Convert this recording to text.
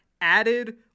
added